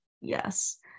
Yes